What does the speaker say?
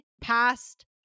past